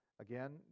Again